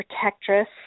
protectress